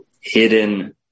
hidden